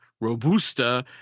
robusta